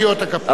אבל באמת,